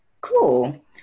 Cool